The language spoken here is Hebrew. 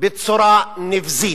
בצורה נבזית,